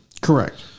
Correct